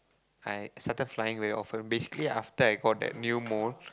I started flying very often basically after I got that new mole